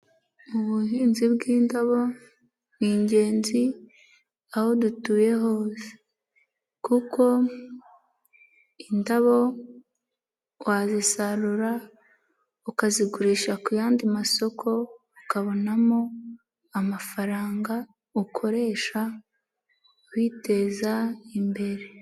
Mu buhinzi bw'indabo ni ingenzi aho dutuye hose kuko indabo wazisarura ukazigurisha ku yandi masoko ukabonamo amafaranga ukoresha witeza imbere.